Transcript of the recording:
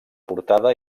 portada